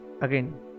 again